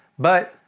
but,